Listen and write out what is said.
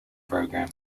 program